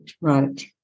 Right